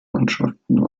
mannschaften